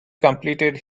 completed